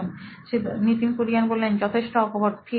Nitin Kurian C O O নোইন electronics যথেষ্ট অকপট ঠিক